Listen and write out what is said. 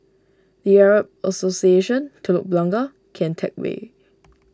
the Arab Association Telok Blangah Kian Teck Way